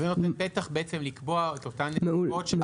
זה נותן פתח לקבוע את אותן נסיבות.